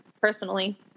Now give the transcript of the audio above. personally